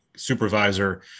supervisor